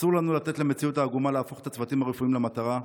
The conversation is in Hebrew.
אסור לנו לתת למציאות העגומה להפוך את הצוותים הרפואיים למטרה.